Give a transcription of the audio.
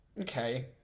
okay